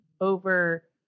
over